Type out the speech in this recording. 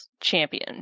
champion